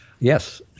Yes